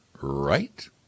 right